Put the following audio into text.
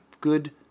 good